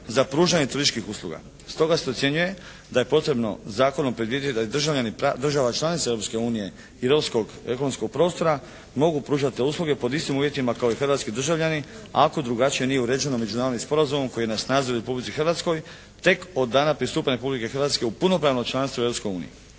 za pružanje turističkih usluga, stoga se ocjenjuje da je potrebno zakonom predvidjeti da država članica Europske unije i europskog ekonomskog prostora mogu pružati te usluge pod istim uvjetima kao i hrvatski državljani ako drugačije nije uređeno međunarodnim sporazumom koji je na snazi u Republici Hrvatskoj tek od dana pristupanja Republike Hrvatske u punopravno članstvo u